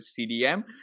CDM